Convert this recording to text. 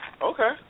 Okay